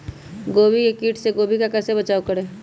गोभी के किट से गोभी का कैसे बचाव करें?